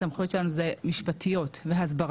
הסמכויות שלנו הן משפטיות והסברתיות,